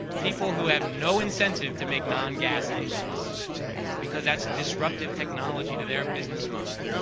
people who have no incentive to make non-gas engines because that's disruptive technology to their business model,